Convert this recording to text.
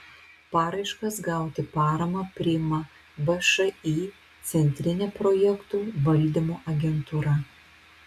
paraiškas gauti paramą priima všį centrinė projektų valdymo agentūra